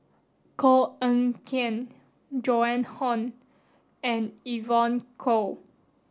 Koh Eng Kian Joan Hon and Evon Kow